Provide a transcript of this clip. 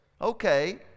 okay